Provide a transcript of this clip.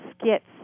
skits